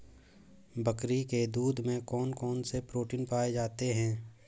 बकरी के दूध में कौन कौनसे प्रोटीन पाए जाते हैं?